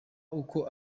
uko